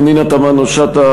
פנינה תמנו-שטה,